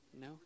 No